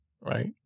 right